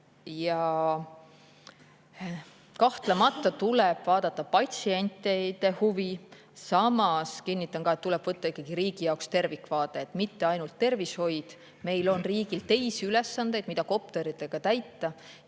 Ja kahtlemata tuleb vaadata patsientide huvi. Samas kinnitan ka, et tuleb võtta ikkagi riigi jaoks tervikvaade, mitte ainult tervishoid. Meil on riigil teisi ülesandeid, mida kopteritega täita,